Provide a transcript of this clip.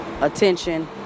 Attention